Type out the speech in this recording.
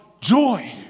joy